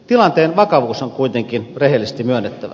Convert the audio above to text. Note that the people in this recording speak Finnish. tilanteen vakavuus on kuitenkin rehellisesti myönnettävä